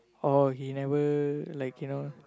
oh he never like you know